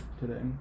today